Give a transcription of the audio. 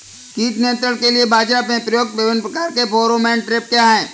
कीट नियंत्रण के लिए बाजरा में प्रयुक्त विभिन्न प्रकार के फेरोमोन ट्रैप क्या है?